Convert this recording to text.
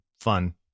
fun